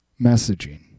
messaging